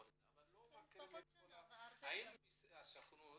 אבל לא מכירים את כל החוקים.